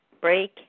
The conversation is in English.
break